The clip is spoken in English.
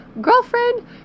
Girlfriend